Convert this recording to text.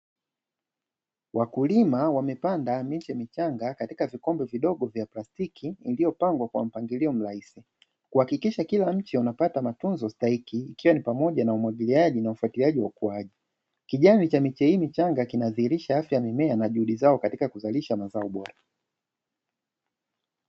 Wakulima wamepanda miche michanga katika vikombe vidogo vya plastiki iliyopangwa kwa mpangilio mrahisi, kuhakikisha kila mche uanapata mafunzo stahiki ikiwa ni pamoja na umwagiliaji na ufuatiliaji na ukuwaji. Kijani cha miche hii michanga kinaashiria juhudi zao katika kuzalisha mazao bora.